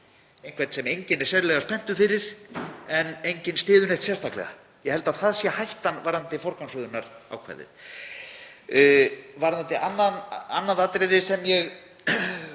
einhvern sem enginn er sennilega spenntur fyrir og enginn styður neitt sérstaklega. Ég held að það sé hættan varðandi forgangsröðunarákvæðið. Varðandi annað atriði sem